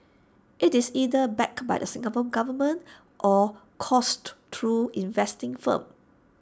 IT is either backed by the Singapore Government or coursed through investing firms